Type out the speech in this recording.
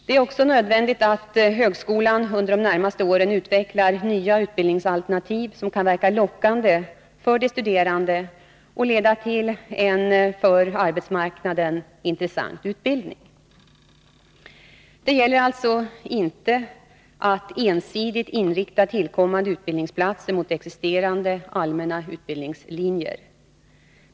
Det är också nödvändigt att högskolan under de närmaste åren utvecklar nya utbildningsalternativ som kan verka lockande för de studerande och leda till en för arbetsmarknaden intressant utbildning. Det gäller alltså inte att ensidigt inrikta tillkommande utbildningsplatser mot existerande allmänna utbildningslinjer.